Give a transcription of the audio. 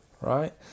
right